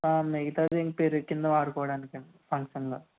ఆ మిగతాది ఇంక పెరుగు కింద వాడుకోవడానికండీ ఫంక్షన్లో